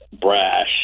brash